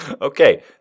Okay